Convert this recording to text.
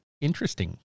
interesting